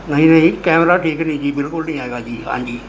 ਨਹੀਂ ਨਹੀਂ ਕੈਮਰਾ ਠੀਕ ਨਹੀਂ ਜੀ ਬਿਲਕੁਲ ਨਹੀਂ ਹੈਗਾ ਜੀ ਹਾਂਜੀ